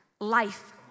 life